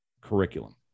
curriculum